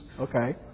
Okay